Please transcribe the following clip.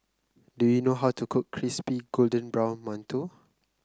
do you know how to cook Crispy Golden Brown Mantou